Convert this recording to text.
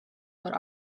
but